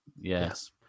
Yes